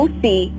see